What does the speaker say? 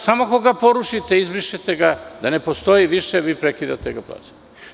Samo ako ga porušite, izbrišete ga, da ne postoji više, vi prekidate da ga plaćate.